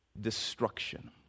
destruction